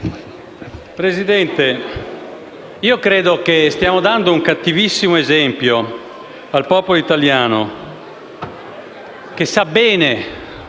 Presidente, credo che stiamo dando un cattivissimo esempio al popolo italiano, che sa bene